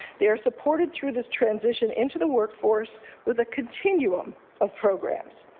they are supported through this transition into the work force with a continuum of programs.